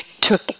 took